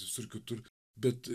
visur kitur bet